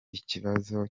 kibazo